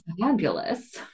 Fabulous